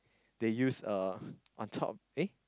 the use uh on top eh